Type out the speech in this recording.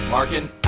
Markin